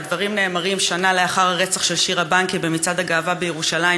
והדברים נאמרים שנה לאחר הרצח של שירה בנקי במצעד הגאווה בירושלים,